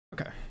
Okay